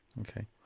Okay